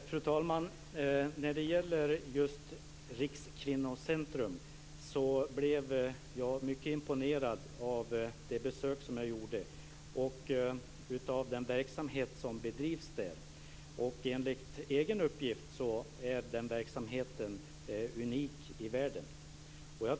Fru talman! Jag blev mycket imponerad av det besök jag gjorde vid Rikskvinnocentrum och av den verksamhet som bedrivs där. Enligt egen uppgift är den verksamheten unik i världen.